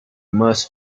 must